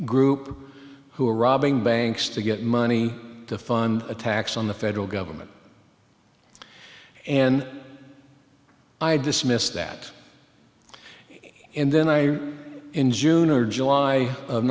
group who were robbing banks to get money to fund attacks on the federal government and i dismissed that and then i in june or july of